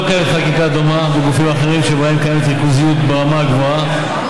לא קיימת חקיקה דומה בגופים אחרים שבהם קיימת ריכוזיות ברמה גבוהה,